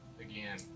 again